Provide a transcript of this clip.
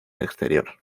exterior